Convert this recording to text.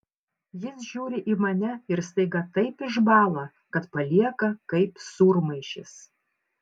jis žiūri į mane ir staiga taip išbąla kad palieka kaip sūrmaišis